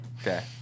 Okay